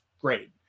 great